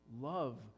love